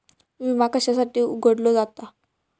विमा कशासाठी उघडलो जाता?